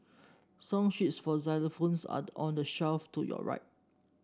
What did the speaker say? song sheets for xylophones are on the shelf to your right